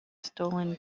stolen